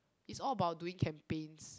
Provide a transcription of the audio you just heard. it's all about doing campaigns